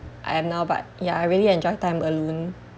I am now but ya I really enjoy time alone